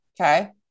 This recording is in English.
Okay